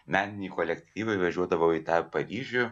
meniniai kolektyvai važiuodavo į tą paryžių